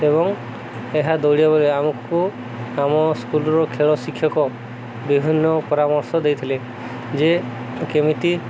ଏବଂ ଏହା ଦୌଡ଼ିବା ପାଇଁ ଆମକୁ ଆମ ସ୍କୁଲର ଖେଳ ଶିକ୍ଷକ ବିଭିନ୍ନ ପରାମର୍ଶ ଦେଇଥିଲେ ଯେ କେମିତି